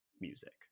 music